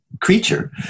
creature